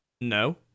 no